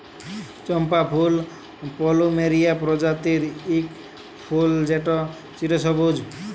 চম্পা ফুল পলুমেরিয়া প্রজাতির ইক ফুল যেট চিরসবুজ